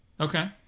Okay